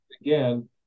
again